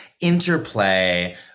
interplay